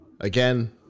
again